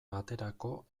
baterako